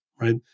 right